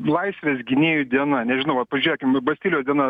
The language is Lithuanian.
laisvės gynėjų diena nežinau vat pažiekim nu bastilijos diena